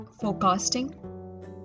forecasting